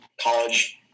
college